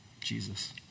Jesus